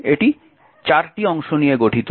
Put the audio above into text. সুতরাং এটি চারটি অংশ নিয়ে গঠিত